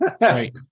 Right